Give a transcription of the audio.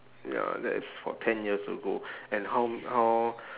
ya that is for ten years ago and how how